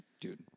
dude